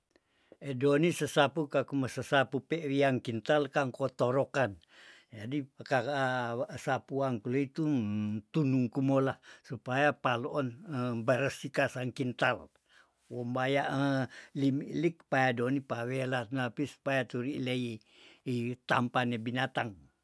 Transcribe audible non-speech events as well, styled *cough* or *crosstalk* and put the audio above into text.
Edoni sesapu kakume sesapu pe wian kintal kangko torokan, jadi pekaka waasapuang kulei tung- tunungkumola supaya paloon *hesitation* baresika sang kintal, wombaya *hesitation* limlik pa doni pa welanapis paya turilei ih tampane binatang.